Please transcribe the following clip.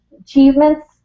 achievements